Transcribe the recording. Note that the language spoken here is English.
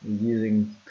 using